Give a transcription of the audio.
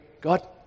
God